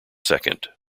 second